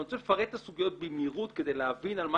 אני רוצה לפרט את הסוגיות במהירות כדי להבין על מה